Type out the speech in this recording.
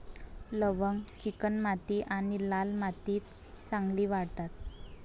लवंग चिकणमाती आणि लाल मातीत चांगली वाढतात